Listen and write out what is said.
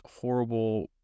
horrible